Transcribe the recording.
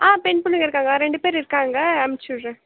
ஆ பெண் பிள்ளைங்கள் இருக்காங்க ரெண்டு பேர் இருக்காங்க அனுப்பிச்சி விடுகிறேன்